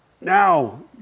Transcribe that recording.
now